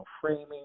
framing